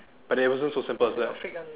but it was also so simple is that